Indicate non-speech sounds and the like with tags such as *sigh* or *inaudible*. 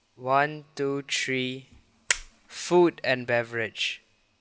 one two three *noise* food and beverage